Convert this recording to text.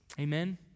Amen